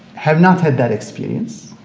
have not had that experience